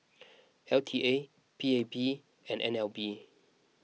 L T A P A P and N L B